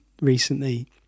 recently